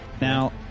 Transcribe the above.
Now